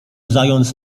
zając